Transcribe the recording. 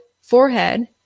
forehead